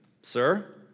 Sir